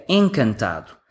encantado